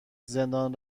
زندان